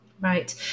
Right